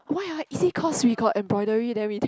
why uh is it cause we got embroidery then we